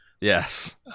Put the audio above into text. Yes